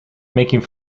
making